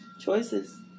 choices